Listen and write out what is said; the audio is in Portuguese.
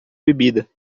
bebida